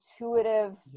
intuitive